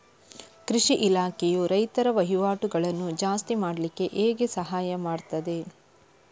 ಕೃಷಿ ಇಲಾಖೆಯು ರೈತರ ವಹಿವಾಟುಗಳನ್ನು ಜಾಸ್ತಿ ಮಾಡ್ಲಿಕ್ಕೆ ಹೇಗೆ ಸಹಾಯ ಮಾಡ್ತದೆ?